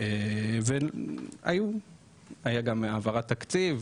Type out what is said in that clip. היה גם העברת תקציב,